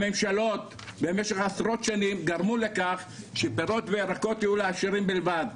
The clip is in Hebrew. הממשלות במשך עשרות שנים גרמו לכך שפירות וירקות יהיו לעשירים בלבד.